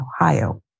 Ohio